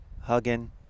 hugging